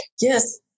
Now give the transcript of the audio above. Yes